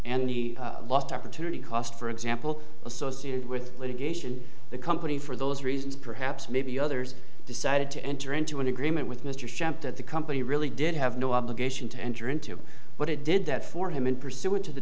and the lost opportunity cost for example associated with litigation the company for those reasons perhaps maybe others decided to enter into an agreement with mr schempp that the company really did have no obligation to enter into what it did that for him and pursuant to the